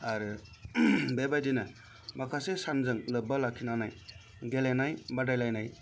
आरो बेबादिनो माखासे सानजों लोब्बा लाखिनानै गेलेनाय बादायलायनाय